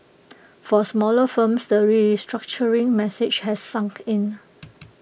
for smaller firms the restructuring message has sunk in